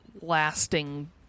lasting